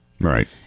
Right